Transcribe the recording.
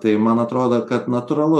tai man atrodo kad natūralu